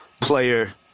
player